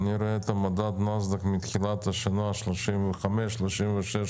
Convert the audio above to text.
ואני רואה את מדד נאסד"ק מתחילת השנה - 35% - 36%,